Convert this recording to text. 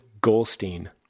Goldstein